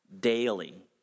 daily